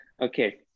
okay